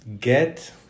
get